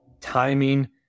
timing